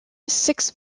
six